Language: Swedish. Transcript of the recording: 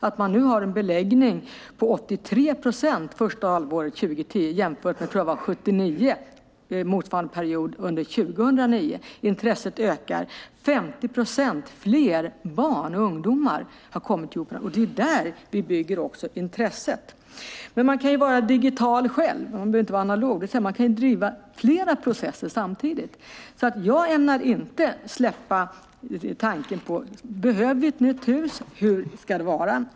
Det var en beläggning på 83 procent under första halvåret 2010, jämfört med 79 procent, tror jag, under motsvarande period 2009. Intresset ökar. 50 procent fler barn och ungdomar har kommit till Operan, och det är där vi också bygger intresset. Men man kan ju vara digital själv - man behöver inte vara analog - det vill säga man kan driva flera processer samtidigt. Jag ämnar inte släppa tanken. Behöver vi ett nytt hus? Hur ska det vara?